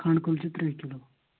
کھنٛڈٕ کُلچہِ ترٛےٚ کِلوٗ